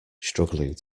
struggling